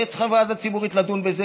הייתה צריכה ועדה ציבורית לדון בזה.